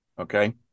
Okay